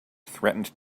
threatened